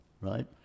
right